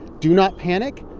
do not panic.